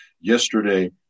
yesterday